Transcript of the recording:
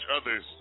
others